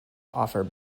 offer